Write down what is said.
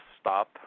stop